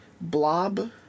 blob